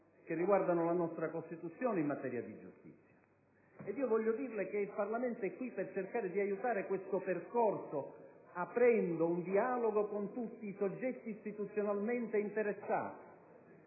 che riguardano la nostra Costituzione in materia di giustizia. Voglio dirle, Ministro, che il Parlamento è qui per cercare di aiutare tale percorso aprendo un dialogo con tutti i soggetti istituzionalmente interessati.